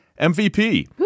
MVP